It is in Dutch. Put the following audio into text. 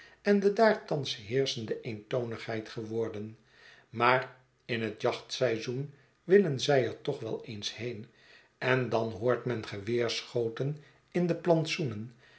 en de daar thans heerschende eentonigheid geworden maar in het jachtseizoen willen zij er toch wel eens heen en dan hoort men geweerschoten in de